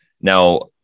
Now